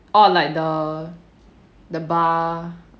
orh like the the bar